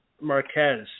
Marquez